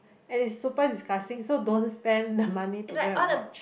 and it's super disgusting so don't spend the money to go and watch